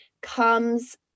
comes